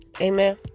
Amen